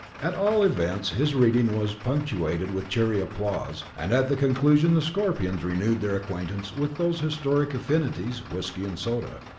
at all events his reading was punctuated with cheery applause, and at the conclusion the scorpions renewed their acquaintance with those historic affinities whiskey and soda.